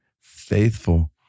faithful